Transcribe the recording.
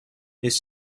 his